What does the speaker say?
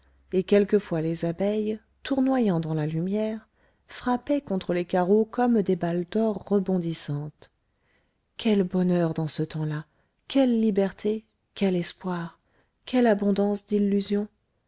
et quelquefois les abeilles tournoyant dans la lumière frappaient contre les carreaux comme des balles d'or rebondissantes quel bonheur dans ce temps-là quelle liberté quel espoir quelle abondance d'illusions